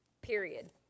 period